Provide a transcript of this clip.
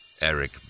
Eric